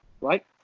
right